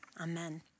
Amen